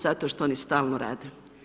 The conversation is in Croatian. Zato što oni stalno rade.